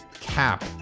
cap